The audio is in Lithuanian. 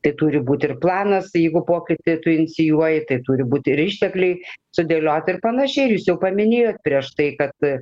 tai turi būti ir planas jeigu pokytį tu inicijuoji tai turi būti ir ištekliai sudėlioti ir panašiai ir jūs jau paminėjot prieš tai kad